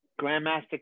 Grandmaster